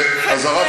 אוווו.